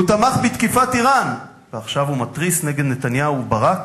הוא תמך בתקיפת אירן ועכשיו הוא מתריס נגד נתניהו וברק,